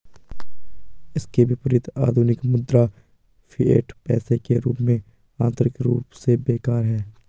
इसके विपरीत, आधुनिक मुद्रा, फिएट पैसे के रूप में, आंतरिक रूप से बेकार है